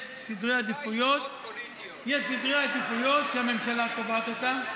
יש סדרי עדיפויות שהממשלה קובעת אותם.